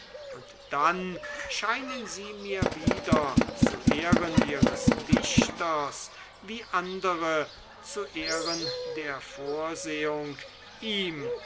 und dann scheinen sie mir wieder zu ehren ihres dichters wie andere zu ehren der vorsehung ihm